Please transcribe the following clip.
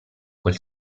quel